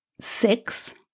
six